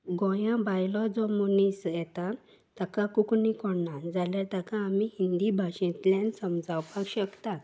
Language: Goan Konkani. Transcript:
गोंया भायलो जो मोनीस येता ताका कोंकणी कळना जाल्यार ताका आमी हिंदी भाशेंतल्यान समजावपाक शकतात